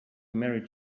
married